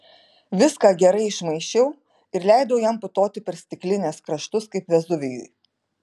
viską gerai išmaišiau ir leidau jam putoti per stiklinės kraštus kaip vezuvijui